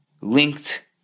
linked